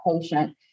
patient